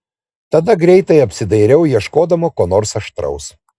tada greitai apsidairau ieškodama ko nors aštraus